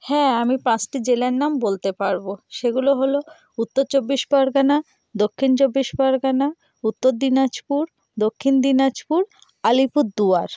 হ্যাঁ আমি পাঁচটি জেলার নাম বলতে পারবো সেগুলো হলো উত্তর চব্বিশ পরগাণা দক্ষিণ চব্বিশ পারগাণা উত্তর দিনাজপুর দক্ষিণ দিনাজপুর আলিপুরদুয়ার